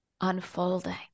unfolding